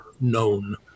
known